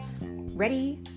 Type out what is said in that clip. ready